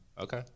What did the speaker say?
okay